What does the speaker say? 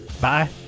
Bye